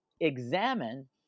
examine